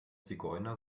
zigeuner